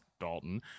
Dalton